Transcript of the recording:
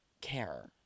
care